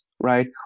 right